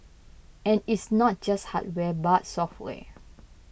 and it's not just hardware but software